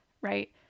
right